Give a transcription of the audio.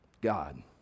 God